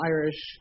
Irish